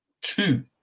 two